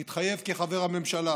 מתחייב כחבר הממשלה